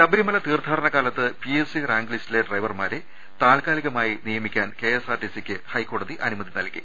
ശബരിമല തീർത്ഥാടന കാലത്ത് PSC rank ലിസ്റ്റിലെ ഡ്രൈവർമാരെ താൽക്കാലികമായി നിയമിക്കാൻ കെഎസ്ആർടി സിക്ക് ഹൈക്കോടതി അനുമതി നൽകി